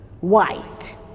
White